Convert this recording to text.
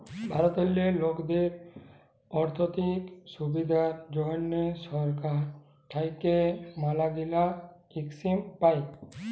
ভারতেল্লে লকদের আথ্থিক সুবিধার জ্যনহে সরকার থ্যাইকে ম্যালাগিলা ইস্কিম পায়